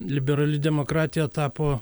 liberali demokratija tapo